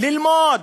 ללמוד.